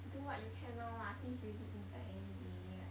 do what you can now lah since you already inside anyway like